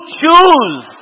choose